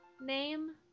name